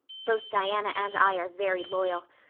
both diana and i are very loyal.